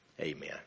Amen